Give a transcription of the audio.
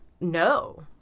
no